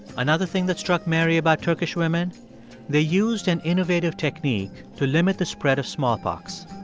another thing that struck mary about turkish women they used an innovative technique to limit the spread of smallpox.